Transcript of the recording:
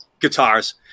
guitars